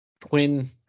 Twin